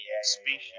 species